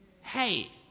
hey